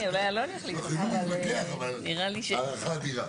הערכה אדירה.